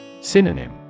Synonym